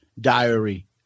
Diary